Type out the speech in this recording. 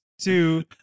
Two